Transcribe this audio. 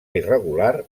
irregular